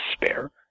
despair